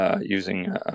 using